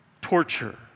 torture